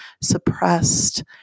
suppressed